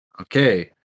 Okay